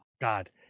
God